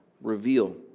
reveal